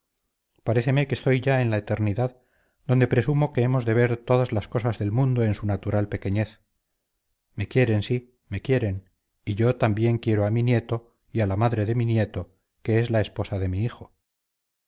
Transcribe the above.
paréceme que estoy ya en la eternidad donde presumo que hemos de ver todas las cosas del mundo en su natural pequeñez me quieren sí me quieren y yo también quiero a mi nieto y a la madre de mi nieto que es la esposa de mi hijo